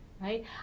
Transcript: right